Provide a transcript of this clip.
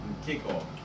kickoff